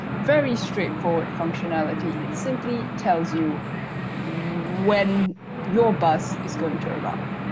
very straightforward functionality, it simply tells you when your bus is going to arrive.